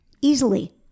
easily